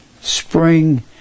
spring